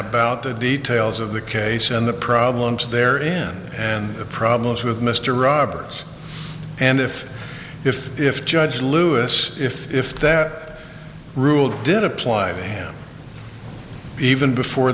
about the details of the case and the problems they're in and the problems with mr roberts and if if if judge lewis if if that rule did apply to him even before